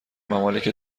ممالک